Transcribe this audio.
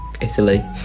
Italy